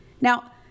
Now